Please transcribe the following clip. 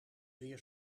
weer